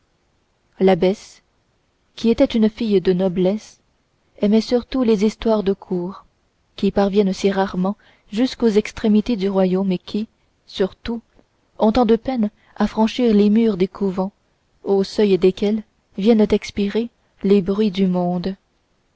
personne l'abbesse qui était une fille de noblesse aimait surtout les histoires de cour qui parviennent si rarement jusqu'aux extrémités du royaume et qui surtout ont tant de peine à franchir les murs des couvents au seuil desquels viennent expirer les bruits du monde